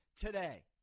today